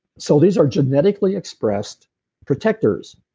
so these are genetically expressed protectors.